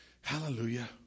hallelujah